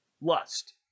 lust